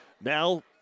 now